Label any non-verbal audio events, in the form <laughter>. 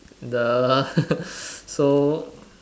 the <laughs> so